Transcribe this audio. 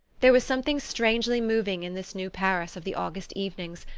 there was something strangely moving in this new paris of the august evenings,